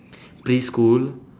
preschool